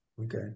Okay